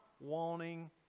wanting